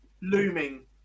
looming